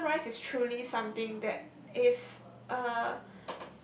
Chicken Rice is truly something that it's uh